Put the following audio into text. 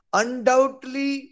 undoubtedly